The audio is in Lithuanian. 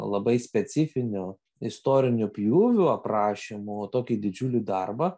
labai specifinių istoriniu pjūviu aprašymų tokį didžiulį darbą